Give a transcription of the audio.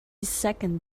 second